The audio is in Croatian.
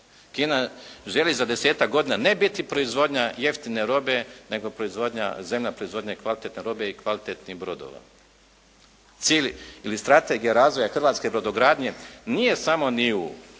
Kina želi za desetak godina ne biti proizvodnja jeftine robe, nego zemlja proizvodnje kvalitetne robe i kvalitetnih brodova. Cilj ili strategija razvoja hrvatske brodogradnje nije samo ni